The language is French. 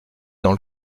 dans